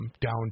down